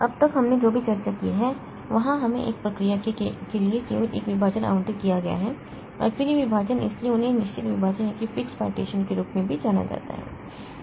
अब तक हमने जो भी चर्चा की है वहां हमें एक प्रक्रिया के लिए केवल एक विभाजन आवंटित किया गया है और फिर ये विभाजन इसलिए उन्हें निश्चित विभाजन के रूप में भी जाना जाता है